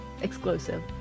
Exclusive